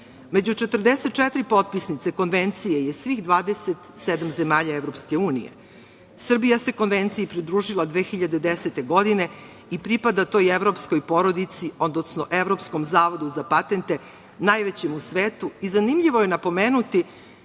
Među 44 potpisnice Konvencije je svih 27 zemalja EU. Srbija se Konvenciji pridružila 2010. godine i pripada toj evropskoj porodici, odnosno Evropskom zavodu za patente, najvećem u svetu. Zanimljivo je napomenuti